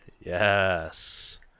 Yes